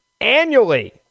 annually